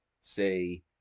say